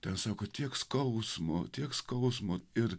ten sako tiek skausmo tiek skausmo ir